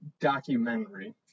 documentary